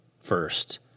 first